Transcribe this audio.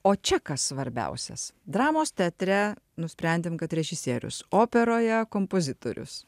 o čia kas svarbiausias dramos teatre nusprendėm kad režisierius operoje kompozitorius